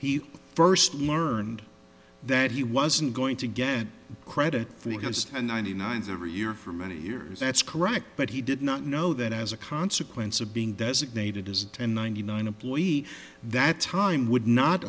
he first learned that he wasn't going to get credit for it has a ninety nine three year for many years that's correct but he did not know that as a consequence of being designated as a ninety nine employee that time would not